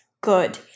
good